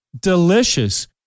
delicious